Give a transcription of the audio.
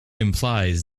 implies